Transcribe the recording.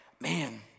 man